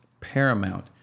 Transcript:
paramount